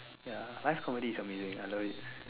ya live comedy is amazing I love it